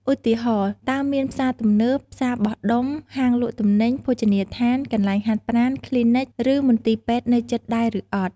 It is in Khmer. ឧទាហរណ៍ តើមានផ្សារទំនើប ផ្សារបោះដុំ ហាងលក់ទំនិញ ភោជនីយដ្ឋាន កន្លែងហាត់ប្រាណ គ្លីនិក ឬមន្ទីរពេទ្យនៅជិតដែរឬអត់។